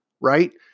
right